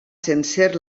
sencer